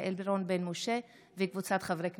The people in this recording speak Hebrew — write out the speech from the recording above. יעל רון בן משה וקבוצת חברי הכנסת.